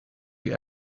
you